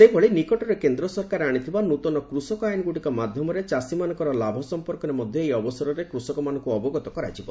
ସେହିଭଳି ନିକଟରେ କେନ୍ଦ୍ର ସରକାର ଆଣିଥିବା ନୃତନ କୃଷକ ଆଇନଗୁଡ଼ିକ ମାଧ୍ୟମରେ ଚାଷୀମାନଙ୍କର ଲାଭ ସମ୍ପର୍କରେ ମଧ୍ୟ ଏହି ଅବସରରେ କୁଷକମାନଙ୍କୁ ଅବଗତ କରାଯିବ